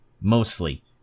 mostly